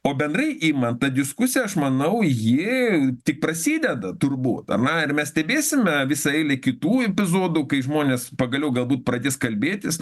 o bendrai imant ta diskusija aš manau ji tik prasideda turbūt ane ir mes stebėsime visą eilę kitų epizodų kai žmonės pagaliau galbūt pradės kalbėtis